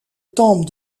temple